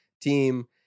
team